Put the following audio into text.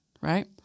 right